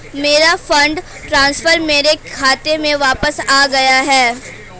मेरा fund transfer मेरे खाते में वापस आ गया है